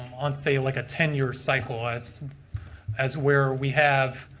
on say like a ten year cycle s as where we have.